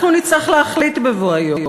אנחנו נצטרך להחליט בבוא היום.